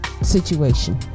Situation